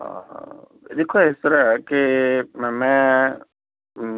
ਹਾਂ ਹਾਂ ਦੇਖੋ ਇਸ ਤਰ੍ਹਾਂ ਹੈ ਕਿ ਮੈਂ ਮੈਂ